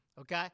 Okay